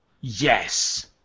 Yes